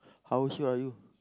how sure are you